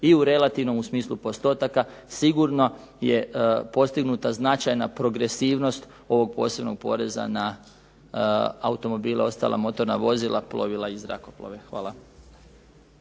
i u relativnom, u smislu postotaka, sigurno je postignuta značajna progresivnost ovog posebnog poreza na automobile i ostala motorna vozila, plovila i zrakoplove. Hvala.